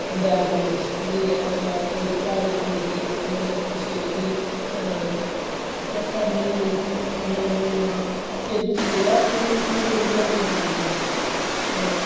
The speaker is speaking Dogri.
बैकग्राउंड दी सिनरी ऐ जां ओह्दे बिच प्हाड़ियां न जेह्ड़ियां ओह्दे बिच पिच्छें जेह्ड़ी हरी हरी जेह्की पत्तियां न किश बी चीज ऐ ओह् ओह्दे बिच बड़ी शैल आई दी ऐ ते